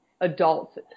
adults